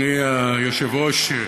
אדוני היושב-ראש,